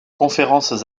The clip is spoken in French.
conférences